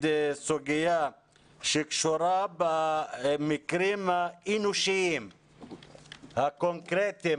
סוגיה שקשורה במקרים האנושיים הקונקרטיים,